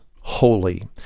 holy